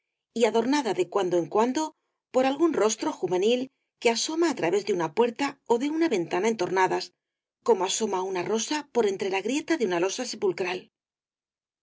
y adornada de cuando en cuando por algún rostro juvenil que asoma á través de una puerta ó de una ventana entornadas como asoma una rosa por entre la grieta de una losa sepulcral